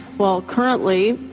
well, currently.